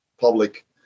public